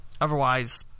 Otherwise